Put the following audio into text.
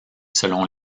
selon